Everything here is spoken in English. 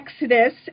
exodus